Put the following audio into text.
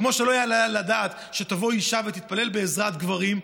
כמו שלא יעלה על הדעת שתבוא אישה ותתפלל בעזרת גברים,